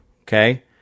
okay